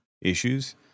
issues